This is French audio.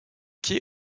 quai